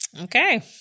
okay